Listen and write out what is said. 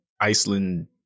Iceland